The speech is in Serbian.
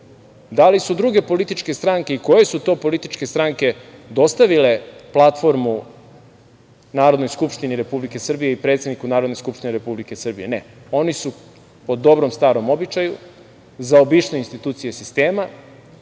Da li su druge političke stranke i koje su to političke stranke dostavile platformu Narodnoj skupštini Republike Srbije i predsedniku Narodne skupštine Republike Srbije? Ne, oni su, po dobrom starom običaju, zaobišli institucije sistema